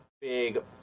big